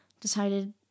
decided